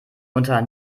unter